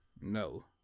No